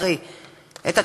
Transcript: היא פשוט הייתה מכשילה